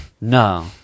no